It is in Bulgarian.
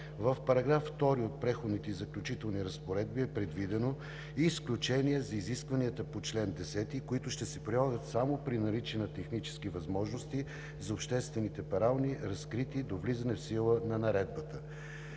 В § 2 от Преходните и заключителните разпоредби е предвидено изключение за изискванията по чл. 10, които ще се прилагат само при наличие на технически възможности за обществените перални, разкрити до влизане в сила на Наредбата.